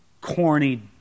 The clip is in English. corny